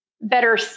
better